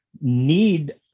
need